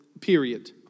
Period